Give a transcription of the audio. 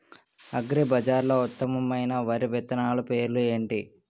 అగ్రిబజార్లో ఉత్తమమైన వరి విత్తనాలు పేర్లు ఏంటి?